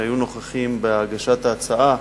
שהיו נוכחים בהגשת ההצעה,